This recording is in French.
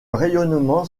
rayonnement